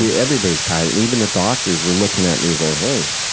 yeah everybody's panicked. even the doctors were looking at me, going,